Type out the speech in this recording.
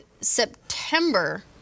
september